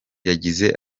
yagize